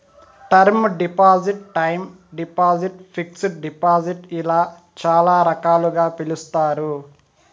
term deposit time deposit fixed deposit ఇలా చాలా రకాలుగా పిలుస్తారు